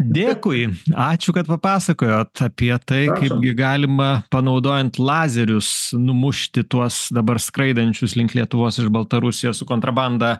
dėkui ačiū kad papasakojot apie tai kai gi galima panaudojant lazerius numušti tuos dabar skraidančius link lietuvos iš baltarusijos su kontrabanda